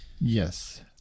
Yes